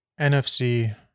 NFC